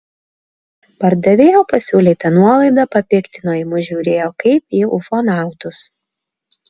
pardavėjo pasiūlyta nuolaida papiktino į mus žiūrėjo kaip į ufonautus